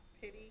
pity